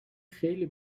خیلی